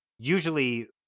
usually